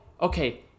okay